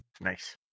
Nice